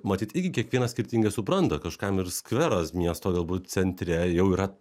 matyt irgi kiekvienas skirtingai supranta kažkam ir skveras miesto galbūt centre jau yra